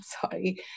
sorry